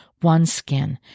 OneSkin